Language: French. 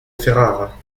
ferrare